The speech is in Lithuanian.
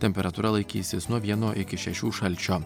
temperatūra laikysis nuo vieno iki šešių šalčio